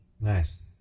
Nice